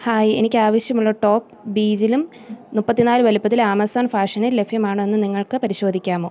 hi എനിക്ക് ആവശ്യമുള്ള top ബീജിലും മുപ്പത്തിനാല് വലുപ്പത്തിലും ആമസോൺ ഫാഷനിൽ ലഭ്യമാണോ എന്ന് നിങ്ങൾക്ക് പരിശോധിക്കാമോ